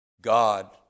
God